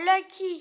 lucky